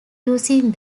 using